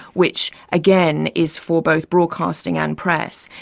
which again, is for both broadcasting and press.